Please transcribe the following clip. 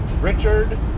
Richard